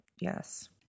Yes